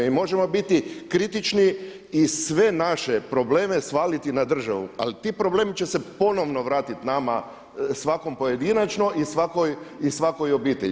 I možemo biti kritični i sve naše probleme svaliti na državu ali ti problemi će se ponovno vratiti nama svakom pojedinačno i svakoj obitelji.